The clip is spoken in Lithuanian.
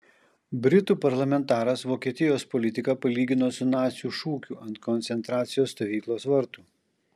britų parlamentaras vokietijos politiką palygino su nacių šūkiu ant koncentracijos stovyklos vartų